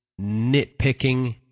nitpicking